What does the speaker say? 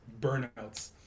burnouts